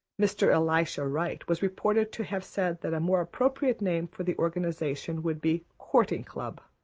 mr. elisha wright was reported to have said that a more appropriate name for the organization would be courting club.